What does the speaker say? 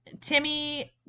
Timmy